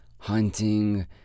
hunting